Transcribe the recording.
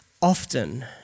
often